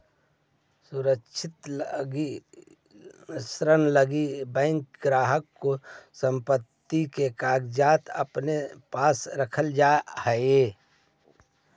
सुरक्षित ऋण लगी बैंक ग्राहक के संपत्ति के कागजात अपने पास रख सकऽ हइ